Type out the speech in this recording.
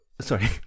Sorry